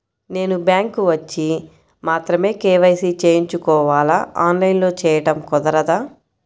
నేను బ్యాంక్ వచ్చి మాత్రమే కే.వై.సి చేయించుకోవాలా? ఆన్లైన్లో చేయటం కుదరదా?